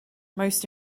most